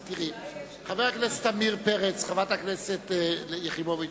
חבר הכנסת עמיר פרץ, חברת הכנסת יחימוביץ,